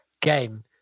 game